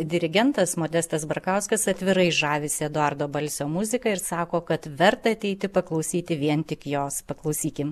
dirigentas modestas barkauskas atvirai žavisi eduardo balsio muzika ir sako kad verta ateiti paklausyti vien tik jos paklausykim